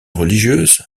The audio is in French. religieuse